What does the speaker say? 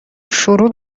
شروع